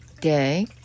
day